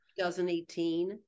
2018